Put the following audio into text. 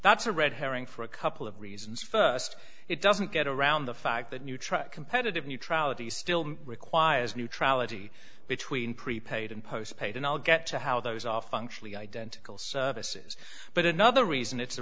that's a red herring for a couple of reasons st it doesn't get around the fact that new truck competitive neutrality still requires neutrality between prepaid and postpaid and i'll get to how those are functionally identical services but another reason it's a